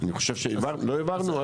לא העברנו?